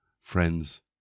friends